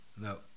no